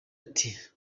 ati